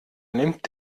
nimmt